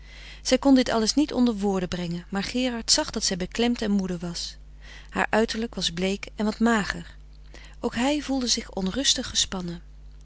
zij kon dit alles niet onder woorden brengen maar gerard zag dat zij beklemd en moede was haar uiterlijk was bleek en wat mager ook hij voelde zich onrustig gespannen